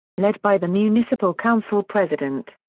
led by the municipal council president.